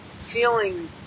feeling